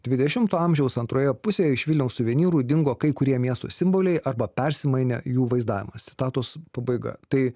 dvidešimto amžiaus antroje pusėj iš vilniaus suvenyrų dingo kai kurie miesto simboliai arba persimainė jų vaizdavimas citatos pabaiga tai